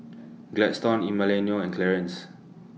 Gladstone Emiliano and Clarance